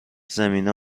زمینه